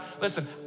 listen